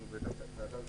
הוועדה הזאת,